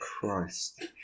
Christ